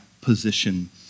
position